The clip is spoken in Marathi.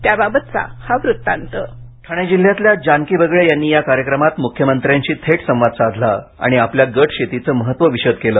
त्याबाबतचा हा वृत्तांत स्क्रिप्ट ठाणे जिल्ह्यातल्या जानकी बगळे यांनी या कार्यक्रमात मुख्यमंत्र्यांशी थेट संवाद साधला आणि आपल्या गट शेतीचे महत्त्व विशद केले